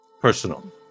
Personal